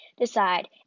decide